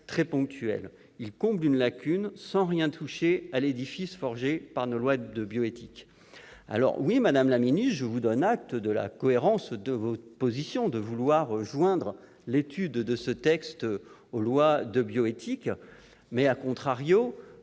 Il comble une lacune sans toucher en rien l'édifice forgé par nos lois de bioéthique.